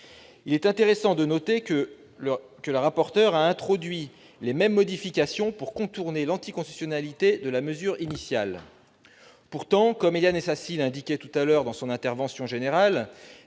Il est intéressant de noter que la rapporteur a introduit les mêmes modifications pour contourner le caractère anticonstitutionnel de la mesure initiale. Pourtant, comme Éliane Assassi l'indiquait dans son intervention générale,